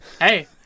Hey